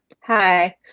hi